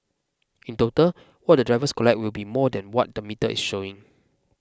in total what the drivers collect will be more than what the metre is showing